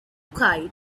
kite